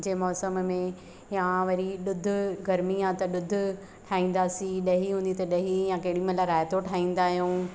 जे मौसम में या वरी दुध गर्मी आहे दुध ठाईंदासीं ॾही हूंदी त ॾही या केॾीमहिल राइतो ठाहींदा आहियूं